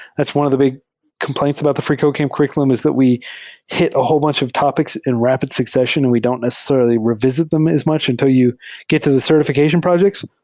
that's one of the big complaints about the freecodecamp curr iculum, is that we hit a whole bunch of topics in rapid succession and we don't necessarily revisit them as much unti l you get to the certification projects.